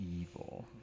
evil